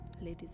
ladies